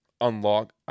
unlock